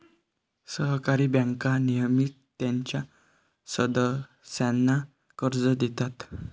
सहकारी बँका नेहमीच त्यांच्या सदस्यांना कर्ज देतात